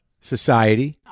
Society